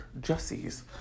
Jesse's